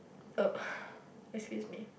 oh excuse me